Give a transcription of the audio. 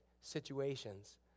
situations